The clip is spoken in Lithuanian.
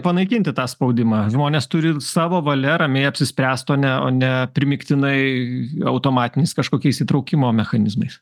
panaikinti tą spaudimą žmonės turi savo valia ramiai apsispręst o ne o ne primygtinai automatiniais kažkokiais įtraukimo mechanizmais